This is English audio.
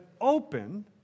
open